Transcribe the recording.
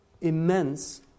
immense